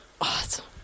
Awesome